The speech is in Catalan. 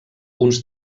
uns